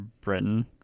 Britain